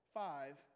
five